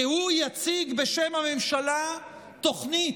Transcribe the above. כי הוא יציג בשם הממשלה תוכנית,